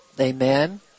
Amen